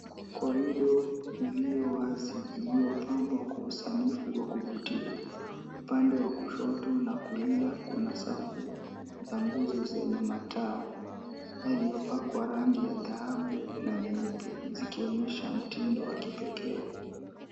Corridor iliyowazi iliyopambwa kwa usanifu wakuvutia, upande wa kushoto na kulia kuna safu za nguzo zenye matao iliyopakwa rangi ya dhahabu na nyeupe zikionyesha mtindo wa kipekee.